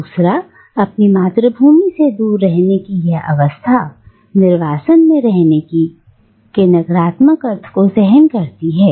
दूसरा अपनी मातृभूमि से दूर रहने की यह अवस्था निर्वासन में रहने की के नकारात्मक अर्थ को सहन करती है